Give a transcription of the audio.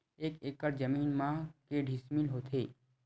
एक एकड़ जमीन मा के डिसमिल होथे?